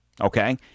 Okay